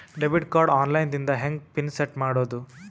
Debit card online ದಿಂದ ಹೆಂಗ್ pin set ಮಾಡೋದು?